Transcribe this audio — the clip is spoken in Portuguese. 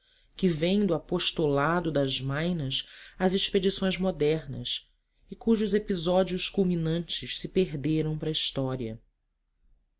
que vem do apostolado das maynas às expedições modernas e cujos episódios culminantes se perderam para a história